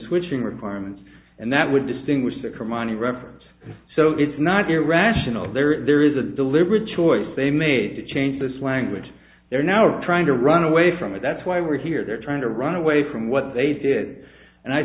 switching requirements and that would distinguish the criminal reference so it's not irrational there is a deliberate choice they made to change this language they're now trying to run away from it that's why we're here they're trying to run away from what they did and i